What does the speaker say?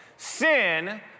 Sin